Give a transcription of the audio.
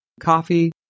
coffee